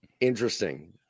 interesting